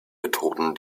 methoden